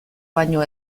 baino